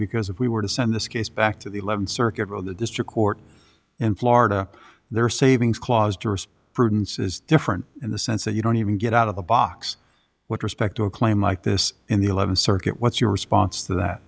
because if we were to send this case back to the eleventh circuit of the district court in florida there are savings clause dearest prudence is different in the sense that you don't even get out of the box with respect to a claim like this in the eleventh circuit what's your response to that